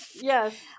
Yes